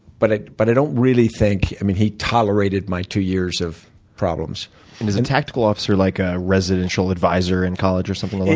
but but i don't really think i mean he tolerated my two years of problems and is a tactical officer like a residential advisor in college, or something